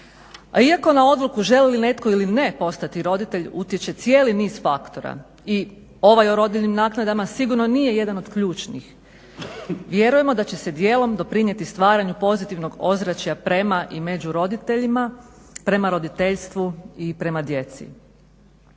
Iako na odluku želi li netko ili ne postati roditelj utječe cijeli niz faktora, i ovaj o rodiljinim naknadama sigurno nije jedan od ključnih. Vjerujemo da će se dijelom doprinijeti stvaranju pozitivnog ozračja prema i među roditeljima, prema roditeljstvu i prema djeci,